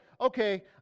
okay